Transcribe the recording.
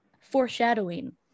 Foreshadowing